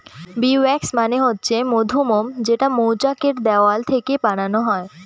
bee wax মানে হচ্ছে মধুমোম যেটা মৌচাক এর দেওয়াল থেকে বানানো হয়